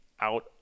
out